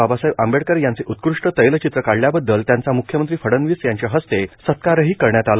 बाबासाहेब आंबेडकर यांचे उत्कृष्ट तैलचित्र काढल्याबद्दल त्यांचा मुख्यमंत्री फडणवीस यांच्या हस्ते सत्कारही करण्यात आला